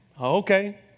Okay